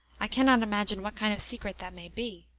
i can not imagine what kind of secret that may be.